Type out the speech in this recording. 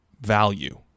value